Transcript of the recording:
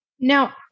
Now